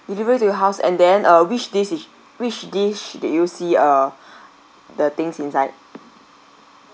delivery to your house and then uh which dish is which dish did you see uh the things inside